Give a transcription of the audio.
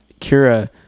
Kira